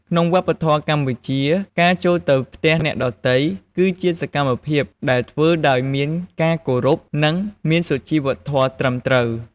ក្នុងវប្បធម៌កម្ពុជា ការចូលទៅផ្ទះអ្នកដទៃ គឺជាសកម្មភាពដែលធ្វើដោយមានការគោរព និង មានសុជីវធម៌ត្រឹមត្រូវ។